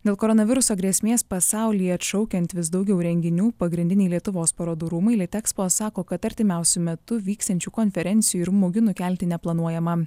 dėl koronaviruso grėsmės pasaulyje atšaukiant vis daugiau renginių pagrindiniai lietuvos parodų rūmai litexpo sako kad artimiausiu metu vyksiančių konferencijų ir mugių nukelti neplanuojama